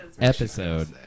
episode